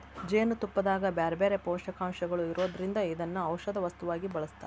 ಜೇನುತುಪ್ಪದಾಗ ಬ್ಯಾರ್ಬ್ಯಾರೇ ಪೋಷಕಾಂಶಗಳು ಇರೋದ್ರಿಂದ ಇದನ್ನ ಔಷದ ವಸ್ತುವಾಗಿ ಬಳಸ್ತಾರ